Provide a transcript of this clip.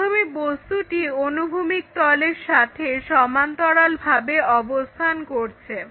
প্রথমে বস্তুটি অনুভূমিক তলের সাথে সমান্তরালে অবস্থান করছে